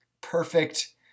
perfect